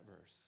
verse